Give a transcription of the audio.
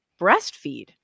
breastfeed